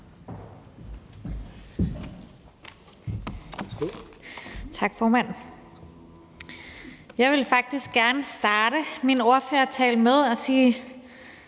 Tak, formand. Jeg vil faktisk gerne starte min ordførertale med at sige